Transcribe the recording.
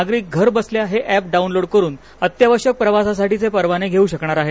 नागरिक घरबसल्या हे एप डाऊनलोड करून अत्यावश्यक प्रवासासाठीचे परवाने घेऊ शकणार आहेत